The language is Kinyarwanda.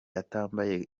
atambaye